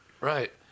Right